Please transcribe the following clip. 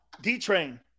D-Train